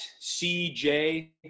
CJ